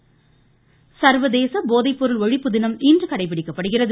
போதை ஒழிப்பு தினம் சர்வதேச போதைப்பொருள் ஒழிப்பு தினம் இன்று கடைபிடிக்கப்படுகிறது